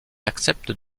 accepte